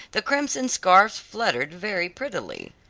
the crimson scarfs fluttered very prettily.